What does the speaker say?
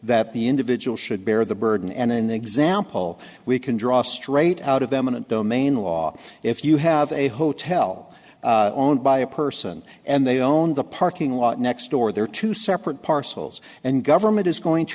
that the individual should bear the burden and an example we can draw straight out of eminent domain law if you have a hotel owned by a person and they own the parking lot next door there are two separate parcels and government is going to